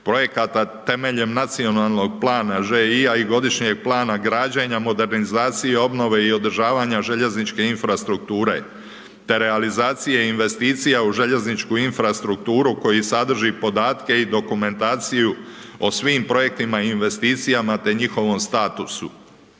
projekata temeljem nacionalnog plana ŽI-a i godišnjeg plana građenja modernizacije, obnove i održavanje željezničke infrastrukture, te realizacije i investicija u željezničku infrastrukturu koji sadrži podatke i dokumentaciju o svim projektima i investicija te njihovom statusu.